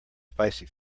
spicy